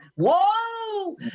whoa